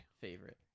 favorite